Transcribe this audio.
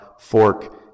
fork